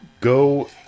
Go